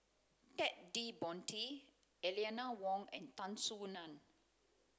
Ted De Ponti Eleanor Wong and Tan Soo Nan